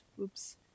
oops